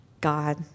God